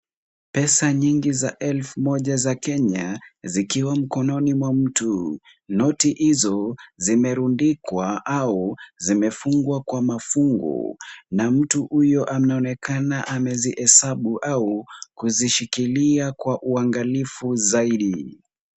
Pesa nyingi za elfu moja za Kenya zikiwa mkononi mwa mtu. Noti hizo zimerundikwa au zimefungwa kwa mafungu na mtu huyo anaonekana amezihesabu au kuzishikilia kwa uangalifu zaidi.